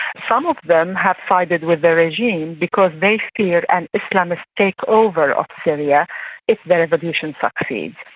some of them have sided with the regime because they fear an islamist takeover of syria if the revolution succeeds.